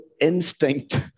instinct